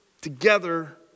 together